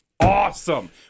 awesome